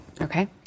Okay